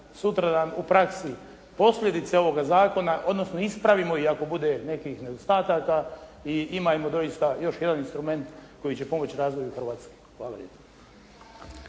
sutradan u praksi posljedice ovoga zakona, odnosno ispravimo i ako bude nekih nedostataka i imajmo doista još jedan instrument koji će pomoći razvoju Hrvatske. Hvala lijepo.